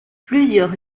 plusieurs